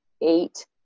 eight